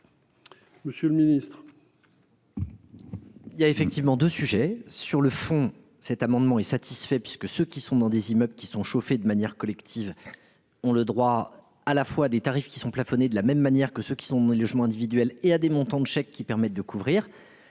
monsieur le ministre.